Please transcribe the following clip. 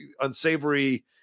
unsavory